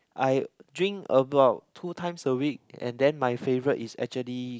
I drink about two times a week and then my favourite is actually